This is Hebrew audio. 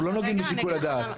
אנחנו לא נוגעים בשיקול הדעת,